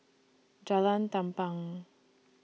Jalan Tampang